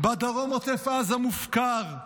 בדרום עוטף עזה מופקר,